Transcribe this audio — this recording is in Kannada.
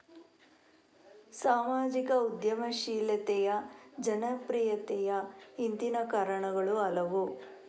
ಸಾಮಾಜಿಕ ಉದ್ಯಮಶೀಲತೆಯ ಜನಪ್ರಿಯತೆಯ ಹಿಂದಿನ ಕಾರಣಗಳು ಹಲವು